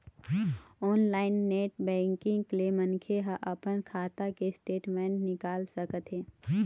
online net banking ले मनखे ह अपन खाता के स्टेटमेंट निकाल सकत हे